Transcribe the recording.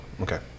Okay